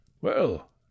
Well